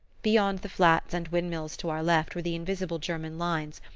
beyond the flats and wind-mills to our left were the invisible german lines,